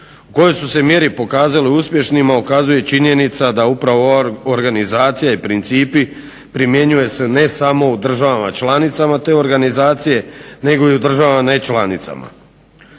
U kojoj su se mjeri pokazale uspješnima ukazuje i činjenica da upravo ova organizacija i principi primjenjuje se ne samo u državama članicama te organizacije, nego i u državama nečlanicama.